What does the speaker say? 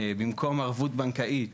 במקום ערבות בנקאית